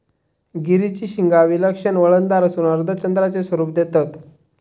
गिरीची शिंगा विलक्षण वळणदार असून अर्धचंद्राचे स्वरूप देतत